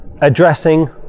addressing